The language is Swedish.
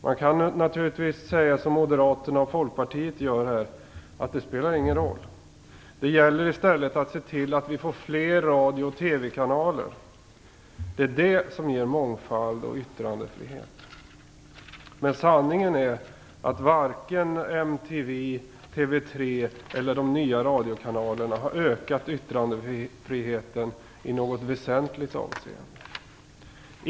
Man kan naturligtvis säga som Moderaterna och Folkpartiet gör här, att det inte spelar någon roll. Det gäller i stället att se till att vi får fler radio och TV-kanaler. Det är det som ger mångfald och yttrandefrihet. Men sanningen är att varken MTV, TV 3 eller de nya radiokanalerna har ökat yttrandefriheten i något väsentligt avseende.